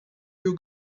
you